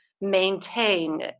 maintain